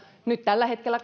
nyt tällä hetkellä